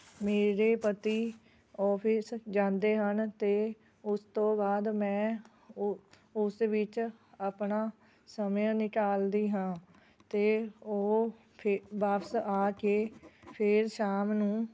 ਮੇਰੇ ਪਤੀ ਔਫਿਸ ਜਾਂਦੇ ਹਨ ਅਤੇ ਉਸ ਤੋਂ ਬਾਅਦ ਮੈਂ ਉ ਉਸ ਵਿੱਚ ਆਪਣਾ ਸਮਾਂ ਨਿਕਾਲਦੀ ਹਾਂ ਅਤੇ ਉਹ ਫੇ ਵਾਪਿਸ ਆ ਕੇ ਫਿਰ ਸ਼ਾਮ ਨੂੰ